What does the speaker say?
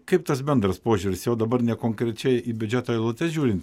kaip tas bendras požiūris jau dabar nekonkrečiai į biudžeto eilutes žiūrin